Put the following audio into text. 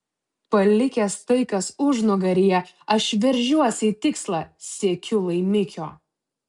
palikęs tai kas užnugaryje aš veržiuosi į tikslą siekiu laimikio